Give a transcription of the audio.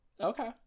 okay